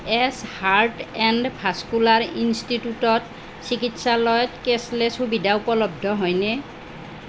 Ace heart and vascular institute চিকিৎসালয়ত cashless সুবিধা উপলব্ধ হয়নে